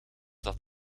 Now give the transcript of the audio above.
dat